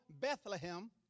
Bethlehem